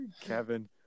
Kevin